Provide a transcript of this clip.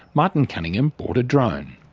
martin cunningham bought a drone.